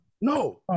no